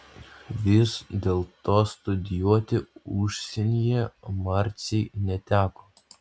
vis dėlto studijuoti užsienyje marcei neteko